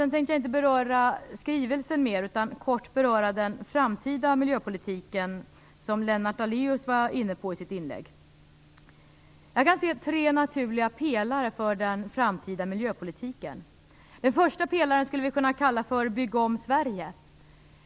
Jag tänkte inte beröra skrivelsen mer, utan kort beröra den framtida miljöpolitiken, som Jag kan se tre naturliga pelare för den framtida miljöpolitiken. Den första pelaren skulle vi kunna kalla för Bygga om Sverige.